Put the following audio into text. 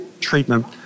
treatment